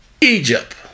Egypt